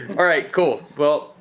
alright, cool. well,